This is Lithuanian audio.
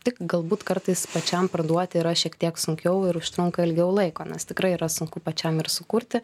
tik galbūt kartais pačiam parduoti yra šiek tiek sunkiau ir užtrunka ilgiau laiko nes tikrai yra sunku pačiam ir sukurti